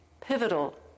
pivotal